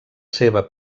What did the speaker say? seva